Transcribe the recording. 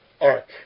arc